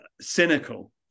cynical